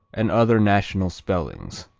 and other national spellings